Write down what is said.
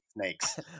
snakes